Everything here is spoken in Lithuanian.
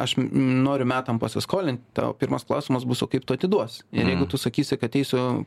aš noriu metam pasiskolint tavo pirmas klausimas bus o kaip tu atiduosi ir jeigu tu sakysi kad eisiu